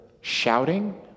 shouting